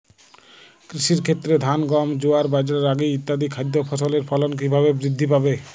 কৃষির ক্ষেত্রে ধান গম জোয়ার বাজরা রাগি ইত্যাদি খাদ্য ফসলের ফলন কীভাবে বৃদ্ধি পাবে?